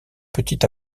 petit